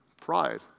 pride